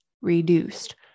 reduced